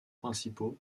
principaux